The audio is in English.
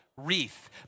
Wreath